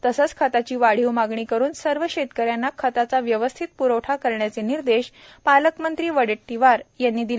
तसेच खताची वाढीव मागणी करून सर्व शेतकऱ्यांना खताचा व्यवस्थित प्रवठा करण्याचे निर्देश पालकमंत्री विजय वडेट्टीवार यांनी दिले